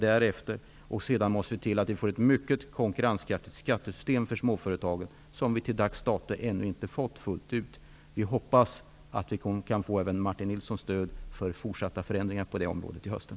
Vi måste sedan se till att vi får ett mycket konkurrenskraftigt skattesystem för småföretagen, vilket vi till dags dato ännu inte har fått fullt ut. En förhoppning är att även få Martin Nilssons stöd för fortsatta förändringar på det området till hösten.